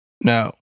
No